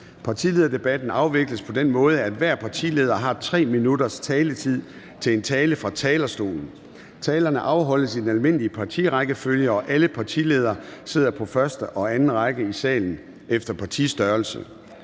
Partilederdebatten afvikles på den måde, at hver partileder har 3 minutters taletid til en tale fra talerstolen. Talerne afholdes i den almindelige partirækkefølge, og alle partiledere sidder på første og anden række i salen efter partistørrelse.